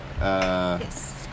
Yes